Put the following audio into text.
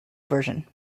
version